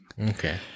Okay